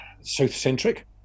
South-centric